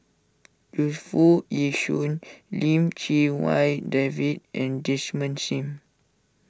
Yu Foo Yee Shoon Lim Chee Wai David and Desmond Sim